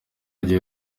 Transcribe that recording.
agiye